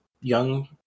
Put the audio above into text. Young